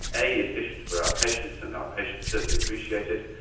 a efficient for our patients and our patients certainly appreciate it,